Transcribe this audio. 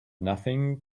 nothing